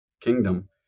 kingdom